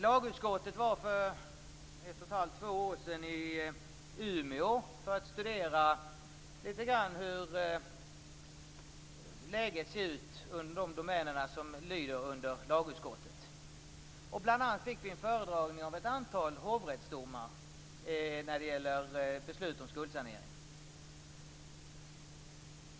Lagutskottet var för ett och ett halvt eller två år sedan i Umeå för att litet grand studera de domäner som lyder under utskottet. Bl.a. fick vi en föredragning av ett antal hovrättsdomar när det gäller beslut om skuldsanering.